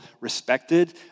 respected